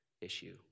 issue